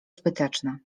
zbyteczne